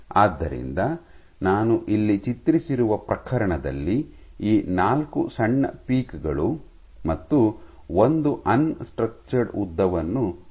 ಆದ್ದರಿಂದ ನಾನು ಇಲ್ಲಿ ಚಿತ್ರಿಸಿರುವ ಪ್ರಕರಣದಲ್ಲಿ ಈ ನಾಲ್ಕು ಸಣ್ಣ ಪೀಕ್ ಗಳು ಮತ್ತು ಒಂದು ಅನ್ ಸ್ಟ್ರಕ್ಚರ್ಡ್ ಉದ್ದವನ್ನು ತೋರಿಸಿದ್ದೇನೆ